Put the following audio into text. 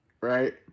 right